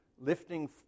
lifting